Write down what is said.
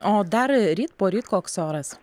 o dar ryt poryt koks oras